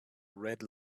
red